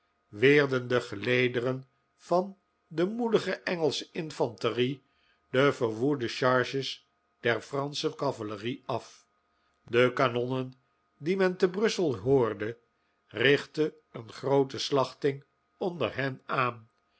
weerden de gelederen van de moedige engelsche infanterie de verwoede charges der fransche cavalerie af de kanonnen die men te brussel hoorde richtten een groote slachting onder hen aan